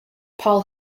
paul